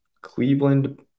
Cleveland